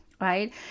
right